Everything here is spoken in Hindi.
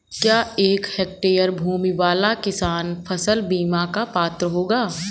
क्या एक हेक्टेयर भूमि वाला किसान फसल बीमा का पात्र होगा?